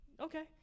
okay